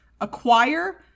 Acquire